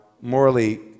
morally